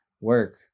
work